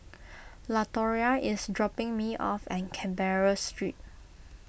Latoria is dropping me off at Canberra Street